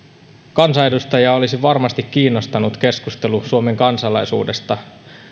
kansanedustajaa olisi varmasti kiinnostanut keskustelu suomen kansalaisuudesta